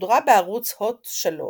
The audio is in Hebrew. שודרה בערוץ הוט 3